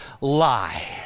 lie